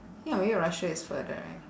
ya maybe russia is further right